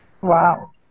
Wow